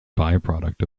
byproduct